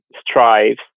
strives